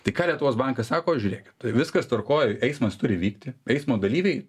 tai ką lietuvos bankas sako žiūrėkit tai jum viskas tvarkoj eismas turi vykti eismo dalyviai